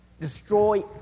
destroy